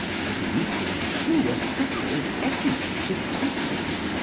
but it is equally true of what are called educated people.